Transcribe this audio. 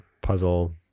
puzzle